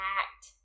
act